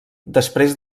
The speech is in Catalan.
després